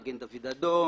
מגן דוד אדום,